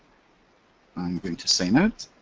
i'm going to sign out